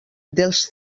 dels